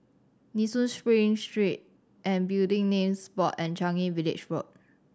Nee Soon Spring Street and Building Names Board and Changi Village Road